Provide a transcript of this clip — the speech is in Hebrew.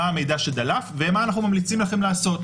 מה המידע שדלף ומה אנחנו ממליצים לכם לעשות,